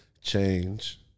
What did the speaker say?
change